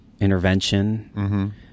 intervention